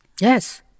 Yes